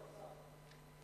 הנושא מופיע על המסך.